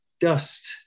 dust